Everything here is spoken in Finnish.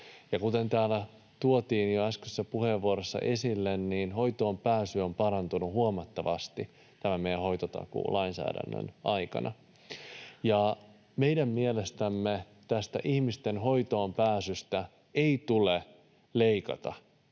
ja kuten täällä tuotiin jo äskeisessä puheenvuorossa esille, hoitoonpääsy on parantunut huomattavasti tämän meidän hoitotakuulainsäädännön aikana. Meidän mielestämme tästä ihmisten hoitoonpääsystä ei tule leikata